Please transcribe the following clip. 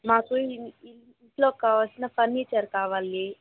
మాకు ఇంట్లో కావలసిన ఫర్నిచర్ కావాలి